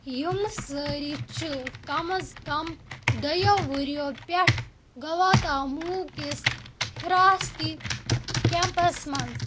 یِمہٕ سٲری چھِ کم آز کم دۄیو ؤریو پٮ۪ٹھ گواتاموٗکِس ہِراستی کٮ۪مپس منٛز